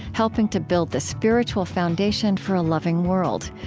helping to build the spiritual foundation for a loving world.